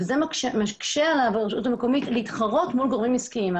וזה מקשה על הרשות המקומית להתחרות מול גורמים עסקיים.